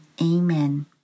Amen